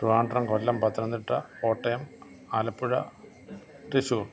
Trivandrum Kollam Pathanamthitta Kottayam Alappuzha Thrissur